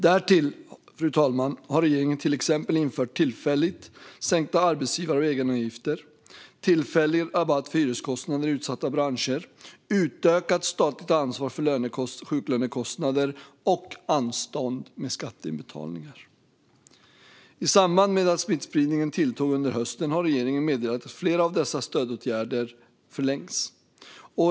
Därtill, fru talman, har regeringen till exempel infört tillfälligt sänkta arbetsgivar och egenavgifter, tillfällig rabatt för hyreskostnader i utsatta branscher, utökat statligt ansvar för sjuklönekostnader och anstånd med skatteinbetalningar. I samband med att smittspridningen tilltog under hösten meddelade regeringen att flera av dessa stödåtgärder förlängs.